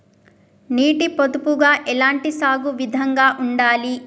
నీటి పొదుపుగా ఎలాంటి సాగు విధంగా ఉండాలి?